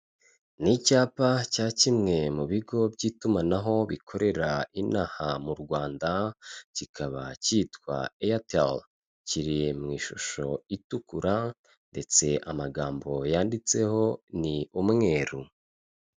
Ni icyapa cya kimwe mu bigo by'itumanaho bikorera inaha m'u Rwanda kikaba cyitwa airtel, kiri mu ishusho itukura ndetse amagambo yanditseho ni umweru.